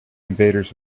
invaders